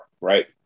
right